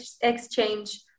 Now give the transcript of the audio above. exchange